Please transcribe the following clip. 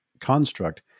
construct